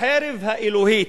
החרב האלוהית,